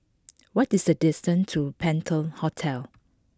what is the distance to Penta Hotel